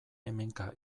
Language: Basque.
hemenka